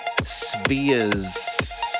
Spheres